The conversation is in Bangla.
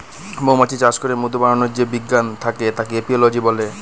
মৌমাছি চাষ করে মধু বানাবার যে বিজ্ঞান থাকে তাকে এপিওলোজি বলে